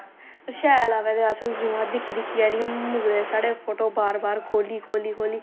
शैल आवै ते अस उ'आं दिक्खी दिक्खी गै नी मुकदे साढ़े फोटो बार बार खोली खोली खोली